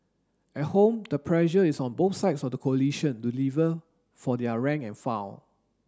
at home the pressure is on both sides of the coalition to deliver for their rank and file